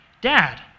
dad